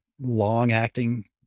long-acting